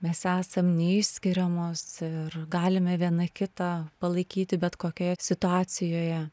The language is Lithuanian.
mes esam neišskiriamos ir galime viena kitą palaikyti bet kokioje situacijoje